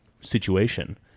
situation